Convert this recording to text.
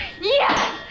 yes